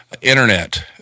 Internet